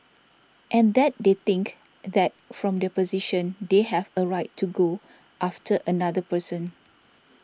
and that they think that from their position they have a right to go after another person